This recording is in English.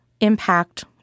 impact